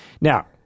Now